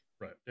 Right